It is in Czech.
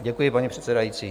Děkuji, paní předsedající.